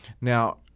Now